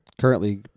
currently